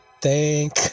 thank